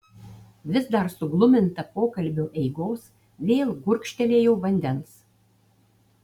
vis dar sugluminta pokalbio eigos vėl gurkštelėjau vandens